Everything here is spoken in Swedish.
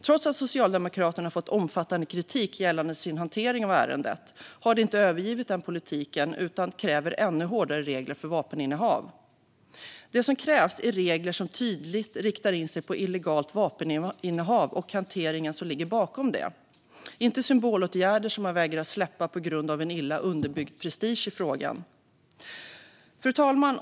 Trots att Socialdemokraterna har fått omfattande kritik för sin hantering av ärendet har de inte övergivit sin politik utan kräver ännu hårdare regler för vapeninnehav. Det som krävs är regler som tydligt siktar in sig på illegalt vapeninnehav och den hantering som ligger bakom, inte symbolåtgärder som man vägrar släppa på grund av en illa underbyggd prestige i frågan. Fru talman!